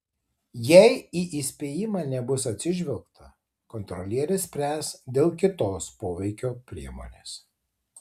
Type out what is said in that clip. jei į įspėjimą nebus atsižvelgta kontrolierė spręs dėl kitos poveikio priemonės